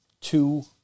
two